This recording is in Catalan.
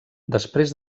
després